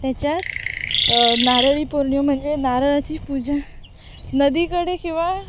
त्याच्यात नारळी पौर्णिमा म्हणजे नारळाची पूजा नदीकडे किंवा